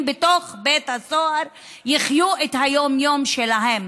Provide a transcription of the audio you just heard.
בתוך בית הסוהר יחיו את היום-יום שלהם.